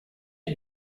had